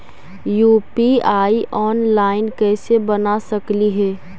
UPI online कैसे बना सकली हे?